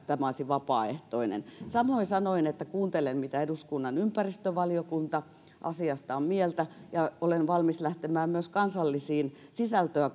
tämä olisi vapaaehtoinen samoin sanoin että kuuntelen mitä eduskunnan ympäristövaliokunta asiasta on mieltä ja olen valmis lähtemään myös kansallisiin sisältöä